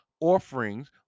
offerings